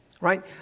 Right